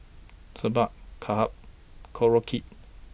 Sambar Kimbap Korokke